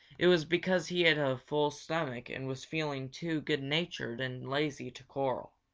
it was because he had a full stomach and was feeling too good-natured and lazy to quarrel.